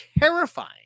terrifying